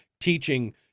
teaching